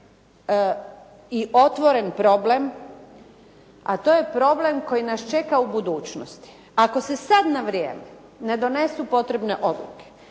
i otvoren problem, a to je problem koji nas čeka u budućnosti. Ako se sad na vrijeme ne donesu potrebne odluke,